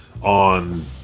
on